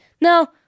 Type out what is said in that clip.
Now